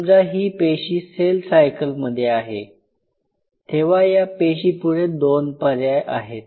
समजा ही पेशी सेल सायकल मध्ये आहे तेव्हा ह्या पेशीपुढे दोन पर्याय आहेत